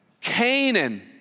Canaan